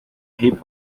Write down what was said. hip